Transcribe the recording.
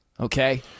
Okay